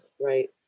Right